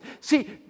See